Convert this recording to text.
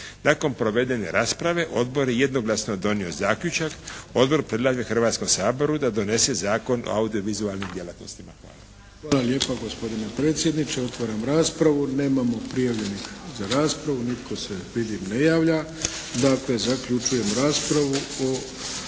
Nakon provedene rasprave odbor je jednoglasno donio zaključak. Odbor predlaže Hrvatskom saboru da donese Zakon o audiovizualnim djelatnostima. Hvala. **Arlović, Mato (SDP)** Hvala lijepa gospodine predsjedniče. Otvaram raspravu. Nemamo prijavljenih za raspravu. Nitko se vidim ne javlja. Dakle, zaključujem raspravu.